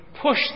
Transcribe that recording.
push